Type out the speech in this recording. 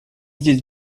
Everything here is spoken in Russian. здесь